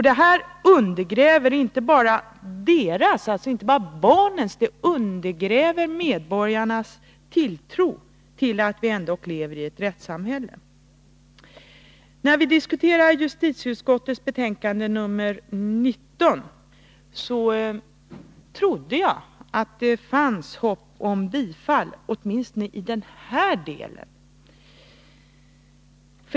Det undergräver inte bara barnens utan också medborgarnas tilltro till att vi ändock lever i ett rättssamhälle. När vi diskuterade justitieutskottets betänkande nr 19, trodde jag att det fanns hopp om bifall åtminstone i denna del.